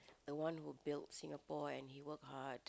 the one who built Singapore and he work hard